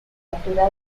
altura